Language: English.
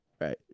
right